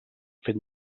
fet